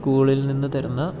സ്കൂളിൽ നിന്നു തരുന്ന